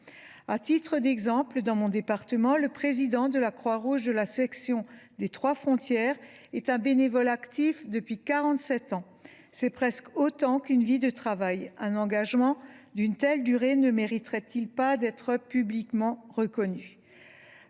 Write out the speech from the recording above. À titre d’exemple, dans mon département, le président de la Croix Rouge de la section des Trois Frontières est un bénévole actif depuis quarante sept ans, soit presque autant qu’une vie de travail. Un engagement d’une telle durée ne mériterait il pas d’être publiquement reconnu ?